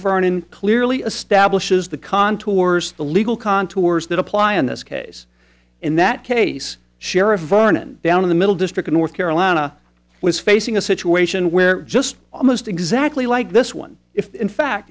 in clearly establishes the contours of the legal contours that apply in this case in that case sheriff vernon down in the middle district of north carolina was facing a situation where just almost exactly like this one if in fact